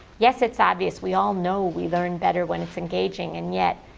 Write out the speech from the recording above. yes, it's obvious we all know we learn better when it's engaging, and, yet,